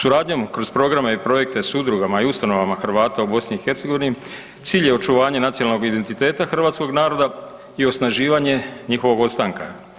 Suradnjom kroz programe i projekte s udrugama i ustanovama Hrvata u BiH-u, cilj je očuvanja nacionalnog identiteta hrvatskog naroda i osnaživanje njihovog ostanka.